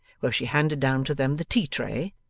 where she handed down to them the tea-tray,